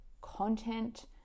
content